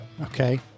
Okay